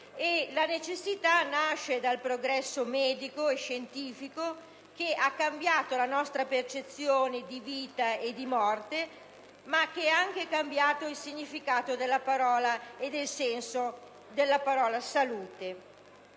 la necessità nasce dal progresso medico e scientifico, che ha cambiato la nostra percezione di vita e di morte, ma che ha anche cambiato il significato e il senso della parola "salute":